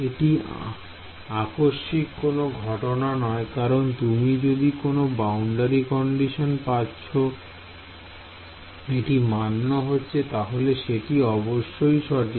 এটি আকস্মিক কোন ঘটনা নয় কারণ তুমি যদি কোন বাউন্ডারি কন্ডিশন পাচ্ছো এটি মান্য হচ্ছে তাহলে সেটি অবশ্যই সঠিক